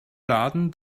laden